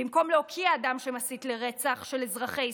במקום להוקיע אדם שמסית לרצח של אזרחי ישראל,